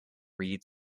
read